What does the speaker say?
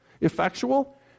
Effectual